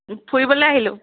ফুৰিবলে আহিলোঁ